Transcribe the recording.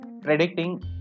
predicting